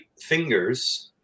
fingers